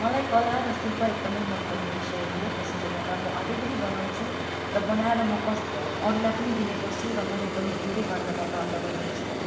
मलाई कला र शिल्प एकदमै मन पर्ने विषय हो त्यसैले गर्दा म आफै पनि बनाउँछु र बनाएर म कस् अरूलाई पनि दिने गर्छु र मैले पनि धेरै मात्रामा प्राप्त गरेको छु